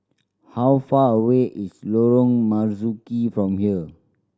how far away is Lorong Marzuki from here